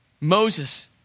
Moses